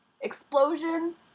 Explosion